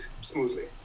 smoothly